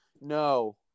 No